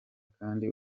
kandi